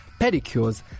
pedicures